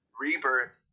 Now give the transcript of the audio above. rebirth